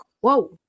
whoa